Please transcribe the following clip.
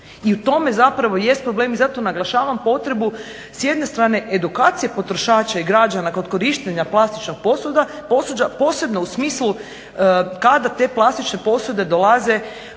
i u tome zapravo jest problem i zato naglašavam potrebu s jedne strane edukacije potrošača i građana kod korištenja plastičnog posuđa posebno u smislu kada te plastične posude dolaze u dodir